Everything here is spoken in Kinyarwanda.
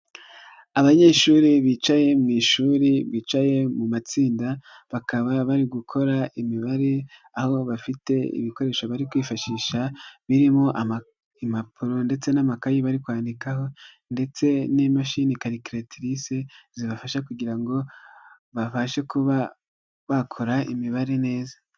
Abanyeshuri bicaye mu ishuri bicaye mu matsinda bakaba bari gukora imibare aho bafite ibikoresho bari kwifashisha birimo impapuro ndetse n'amakaye bari kwandikaho ndetse n'imashini karikatirise zibafasha kugira ngo babashe kuba bakora imibare neza.